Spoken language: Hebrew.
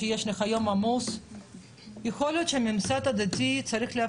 עכשיו הדרך הנוכחית הזאתי,